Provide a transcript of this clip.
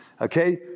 Okay